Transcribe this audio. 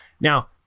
Now